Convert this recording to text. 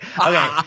Okay